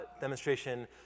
demonstration